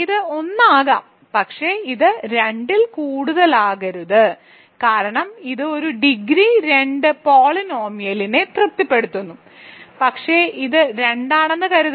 ഇത് 1 ആകാം പക്ഷേ ഇത് 2 ൽ കൂടുതലാകരുത് കാരണം ഇത് ഒരു ഡിഗ്രി 2 പോളിനോമിയലിനെ തൃപ്തിപ്പെടുത്തുന്നു പക്ഷേ ഇത് 2 ആണെന്ന് കരുതുക